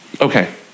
okay